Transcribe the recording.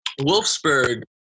Wolfsburg